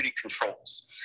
controls